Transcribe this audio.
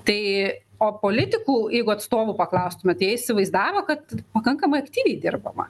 tai o politikų jeigu atstovų paklaustumėt jie įsivaizdavo kad pakankamai aktyviai dirbama